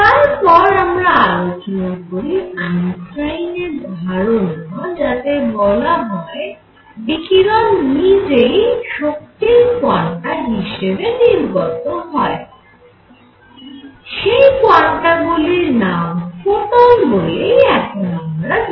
তারপর আমরা আলোচনা করি আইনস্টাইনের ধারণা Einstein's idea যাতে বলা হয় বিকিরণ নিজেই শক্তির কোয়ান্টা হিসেবে নির্গত হয় সেই কোয়ান্টাগুলির নাম ফোটন বলেই এখন আমরা জানি